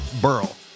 Burl